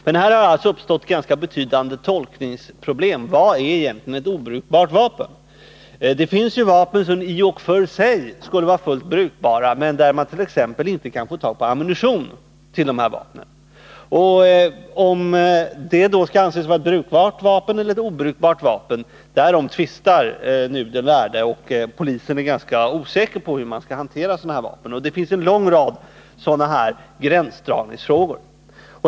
Men här har det uppstått ganska betydande tolkningsproblem. Vad är egentligen ett ”obrukbart” vapen? Det finns vapen som i och för sig skulle vara fullt brukbara, men man kan t.ex. inte få tag på ammunition till dem. Skall ett sådant vapen anses vara brukbart eller obrukbart? Därom tvistar nu de lärde, och polisen är ganska osäker på hur frågan om sådana vapen skall hanteras. Det finns en lång rad gränsdragningsfrågor.